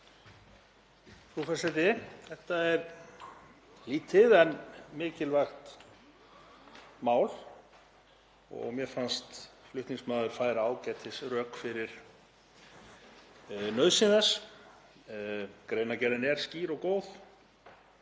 Frú forseti. Þetta er lítið en mikilvægt mál og mér fannst flutningsmaður færa ágætisrök fyrir nauðsyn þess. Greinargerðin er skýr og góð.